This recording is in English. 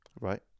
right